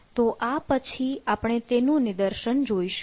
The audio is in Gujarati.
તો આ પછી આપણે તેનું નિદર્શન જોઈશું